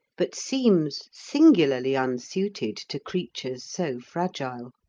but seems singularly unsuited to creatures so fragile.